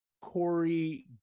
Corey